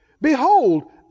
Behold